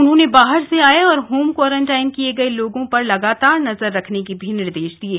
उन्होंने बाहर से आए और होम क्वारंटाइन किये गए लोगों पर लगातार नजर रखने के निर्देश भी दिये